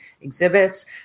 exhibits